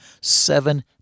seven